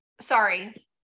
Sorry